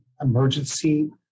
emergency